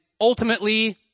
ultimately